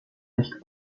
nicht